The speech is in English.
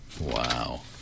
Wow